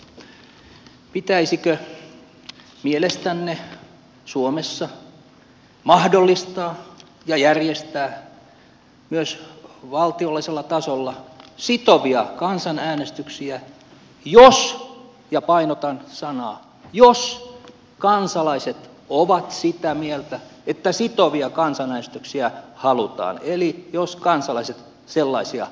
pitäisikö mielestänne suomessa mahdollistaa ja järjestää myös valtiollisella tasolla sitovia kansanäänestyksiä jos ja painotan sanaa jos kansalaiset ovat sitä mieltä että sitovia kansanäänestyksiä halutaan eli jos kansalaiset sellaisia haluavat